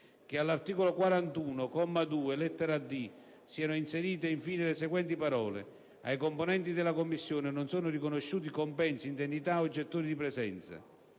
che all'articolo 41, comma 2, lettera *d)*, siano inserite in fine le seguenti parole: "Ai componenti della commissione non sono riconosciuti compensi, indennità o gettoni di presenza.";